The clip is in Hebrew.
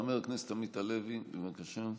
חבר הכנסת עמית הלוי, בבקשה.